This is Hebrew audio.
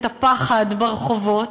את הפחד ברחובות,